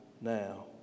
now